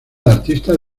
artistas